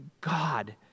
God